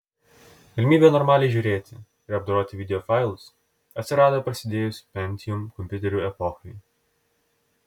galimybė normaliai žiūrėti ir apdoroti videofailus atsirado prasidėjus pentium kompiuterių epochai